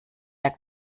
der